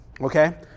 okay